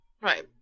right